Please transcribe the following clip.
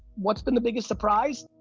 what's been the biggest surprise?